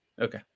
Okay